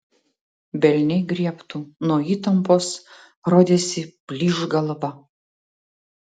velniai griebtų nuo įtampos rodėsi plyš galva